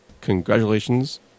congratulations